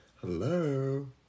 Hello